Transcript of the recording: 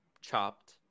chopped